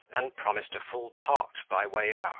and promised a full pot by way of